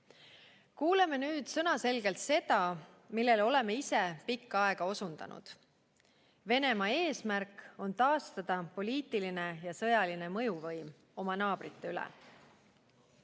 Kuuleme nüüd sõnaselgelt seda, millele oleme ise pikka aega osundanud. Venemaa eesmärk on taastada poliitiline ja sõjaline mõjuvõim oma naabrite üle.